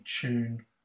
tune